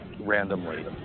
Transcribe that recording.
randomly